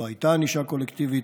לא הייתה ענישה קולקטיבית.